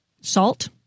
salt